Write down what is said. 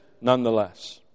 nonetheless